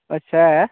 अच्छा ऐ